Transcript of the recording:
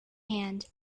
hand